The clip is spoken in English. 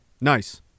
Nice